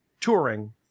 touring